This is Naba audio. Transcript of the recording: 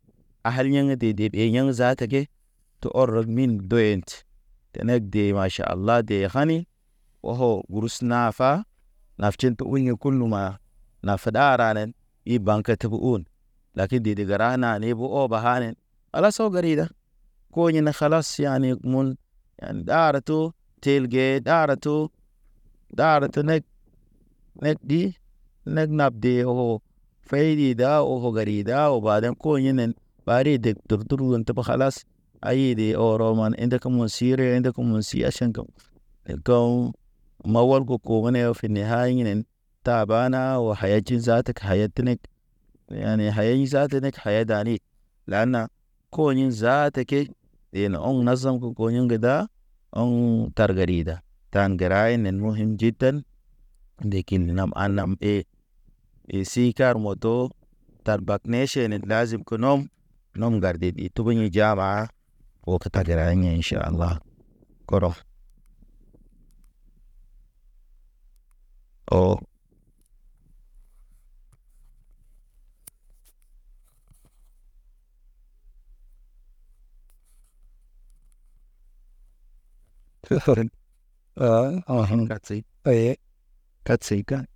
A har yaŋ dede de yeŋ zata ke, te ɔrɔk min do henti. Tenek de maʃala de hani, oho gurs nasa. Na tihondo uɲe kulu ma, na fe ɗaɗanen i ba̰ ke təb un. laki dedi raŋ na ne bo oba hane. Ala so geri ra po hine kalas ti yane ɓun. En ɗar to telge ɗar to, ɗar te nek, nek ɗi. Nek ɗab de hoho ɓeyɗi ɗa o fogari ɗa o baden ko hinen. Ɓari deg dub dur wun tə be kalas, ayi ɗe ɔrɔ man inde kem si ere indekem si aʃan kam. Me gaw, maw wal go ne aw fine ha hinen ta ba na o haya ti zad haya ti ned. Yane haya ḭ zat ke haya dani. Lana koyin zata ke, ɗe na wɔŋ na zaŋgo goyiŋ da, wɔŋ tar garida. Tan gəra nen wun jiten. Ndekin nam alam e, e si kar moto. Tar bak ne ʃenen dazib ke nɔm, nɔm ŋgardədi tu yḭ jabaꞌa. O ke tarde yḭ ʃala, kɔrɔg o.